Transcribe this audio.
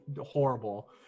horrible